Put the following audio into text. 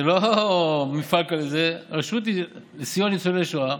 זה לא מפעל, זו הרשות לסיוע לניצולי שואה,